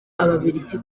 ababiligi